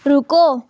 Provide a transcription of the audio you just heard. ਰੁਕੋ